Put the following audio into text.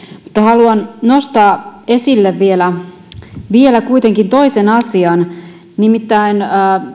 mutta haluan nostaa esille kuitenkin vielä toisen asian nimittäin